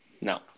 No